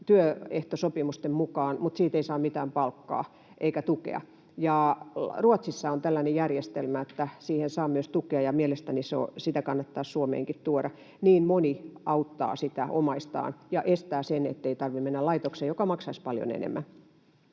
työehtosopimusten mukaan, mutta siitä ei saa mitään palkkaa eikä tukea. Ruotsissa on tällainen järjestelmä, että siihen saa myös tukea, ja mielestäni sitä kannattaisi Suomeenkin tuoda. Niin moni auttaa sitä omaistaan ja estää sen, ettei tarvitse mennä laitokseen, mikä maksaisi paljon enemmän.